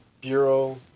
Bureau